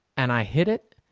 and i hit it,